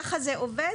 ככה זה עובד,